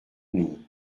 non